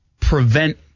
prevent